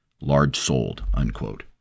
large-souled